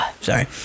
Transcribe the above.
Sorry